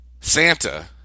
Santa